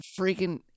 freaking